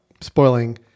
spoiling